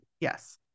Yes